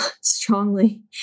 strongly